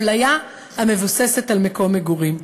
אפליה המבוססת על מקום המגורים.